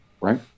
Right